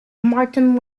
martin